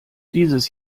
dieses